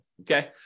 Okay